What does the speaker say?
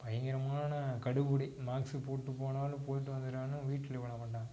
பயங்கரமான கெடுபுடி மாக்ஸு போட்டு போனாலும் போயிட்டு வந்தட்லான்னால் வீட்டில் விட மாட்டாங்க